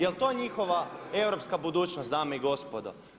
Jel to njihova europska budućnost dame i gospodo?